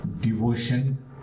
devotion